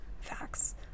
facts